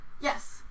Yes